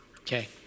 Okay